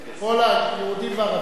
יהודים וערבים.